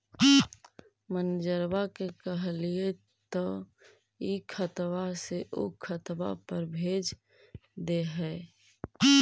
मैनेजरवा के कहलिऐ तौ ई खतवा से ऊ खातवा पर भेज देहै?